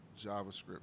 JavaScript